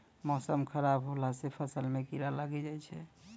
मौसम खराब हौला से फ़सल मे कीड़ा लागी जाय छै?